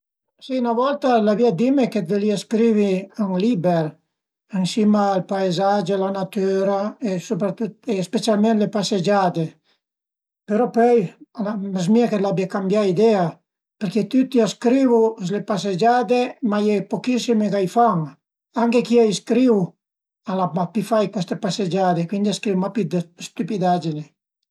Dirìu prufesur magari d'la scola superiur, d'le magistrai, pa tüti e perché cuaidün a m'inflüensavu ma pa tan bin, ënvece a i ën e stait ün dë ch'a fazìa filozofìa e ch'al a fame capì che pudìu anche esi ën gradu dë capì lon che stüdiavu